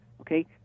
okay